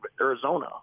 Arizona